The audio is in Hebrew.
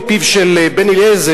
מפיו של בן-אליעזר,